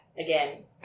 again